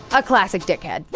a classic dick head.